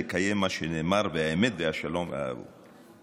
לקיים מה שנאמר 'והאמת והשלום אהבו'".